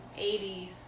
80s